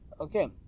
okay